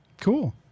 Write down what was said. Cool